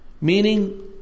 Meaning